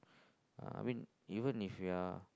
uh I mean even if you are